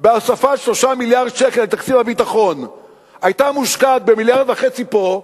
בהוספת 3 מיליארד שקל לתקציב הביטחון היתה מושקעת ב-1.5 מיליארד פה,